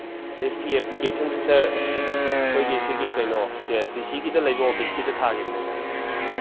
ꯂꯤꯞꯀꯤ ꯑꯦꯄ꯭ꯂꯤꯀꯦꯁꯟꯁꯨ ꯁꯥꯔ ꯑꯩꯈꯣꯏꯒꯤ ꯁꯤꯒꯤ ꯀꯩꯅꯣ ꯗꯤ ꯁꯤꯒꯤꯗ ꯂꯩꯕ ꯑꯣꯐꯤꯁꯀꯤꯗ ꯊꯥꯈꯤꯕꯅꯦ ꯁꯥꯔ